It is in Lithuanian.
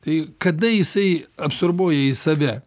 tai kada jisai absorbuoja į save